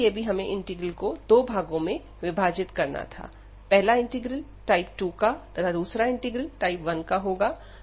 इसके लिए भी हमें इंटीग्रल को दो भागों में विभाजित करना था पहला इंटीग्रल टाइप 2 का तथा दूसरा इंटीग्रल टाइप 1 का होगा